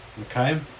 okay